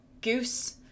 goose